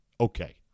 okay